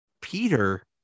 Peter